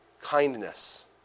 Kindness